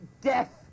death